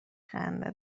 خنده